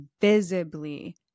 visibly